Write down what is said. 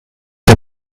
der